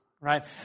right